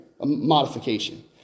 modification